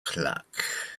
clock